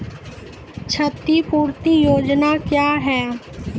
क्षतिपूरती योजना क्या हैं?